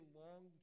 long